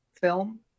film